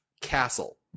Castle